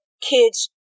kids